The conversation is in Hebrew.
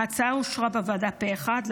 ההצעה אושרה בוועדה פה אחד.